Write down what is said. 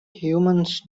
humans